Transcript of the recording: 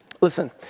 Listen